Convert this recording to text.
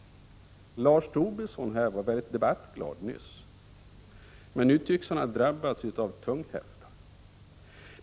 Lars Tobisson var mycket debattglad nyss, men nu tycks han ha drabbats av tunghäfta.